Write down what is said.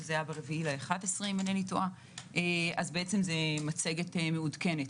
שהיה ב-4.11 אם איני טועה זו מצגת מעודכנת.